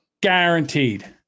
guaranteed